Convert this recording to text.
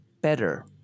Better